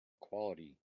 quality